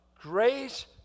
Grace